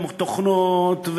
תוכנות,